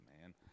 man